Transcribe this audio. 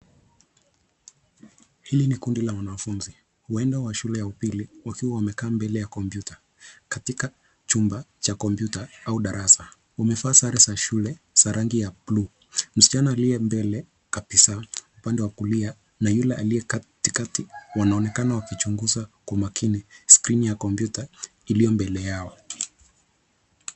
Hili ni kundi la wanafunzi huenda wa shule ya upili wakiwa wamekaa mbele ya kompyuta katika chumba cha kompyuta au darasa. Wamevaa sare za shule za rangi ya buluu. Msichana aliye mbele kabisa upande wa kulia na yule aliye katikati wanaonekana wakichunguza kwa umakini skrini ya kompyuta iliyo mbele yao.